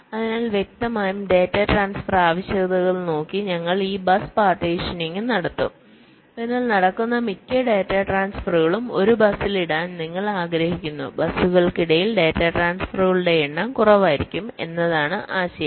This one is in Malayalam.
അതിനാൽ വ്യക്തമായും ഡാറ്റ ട്രാൻസ്ഫർ ആവശ്യകതകൾ നോക്കി ഞങ്ങൾ ഈ ബസ് പാർട്ടീഷനിംഗ് നടത്തും അതിനാൽ നടക്കുന്ന മിക്ക ഡാറ്റാ ട്രാൻസ്ഫറുകളും ഒരു ബസിൽ ഇടാൻ നിങ്ങൾ ആഗ്രഹിക്കുന്നു ബസുകൾക്കിടയിൽ ഡാറ്റാ ട്രാൻസ്ഫറുകളുടെ എണ്ണം കുറവായിരിക്കും എന്നതാണ് ആശയം